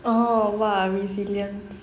oh !wah! resilience